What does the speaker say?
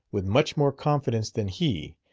with much more confidence than he,